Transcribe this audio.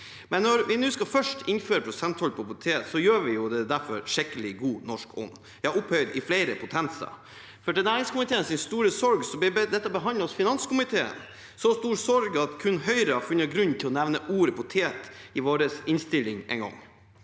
Når vi nå først skal innføre prosenttoll på potet, gjør vi det derfor i skikkelig god norsk ånd, ja, opphøyd i flere potenser. Til næringskomiteens store sorg ble dette behandlet i finanskomiteen – så stor sorg at kun Høyre har funnet grunn til å nevne ordet potet i vår innstilling, én gang.